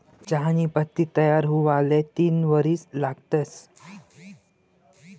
चहानी पत्ती तयार हुवाले तीन वरीस लागतंस